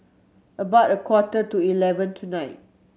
about a quarter to eleven tonight